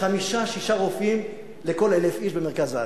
חמישה-שישה רופאים לכל 1,000 איש במרכז הארץ.